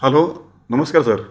hello नमस्कार sir